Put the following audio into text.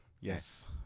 Yes